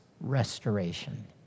restoration